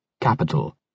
capital